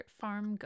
farm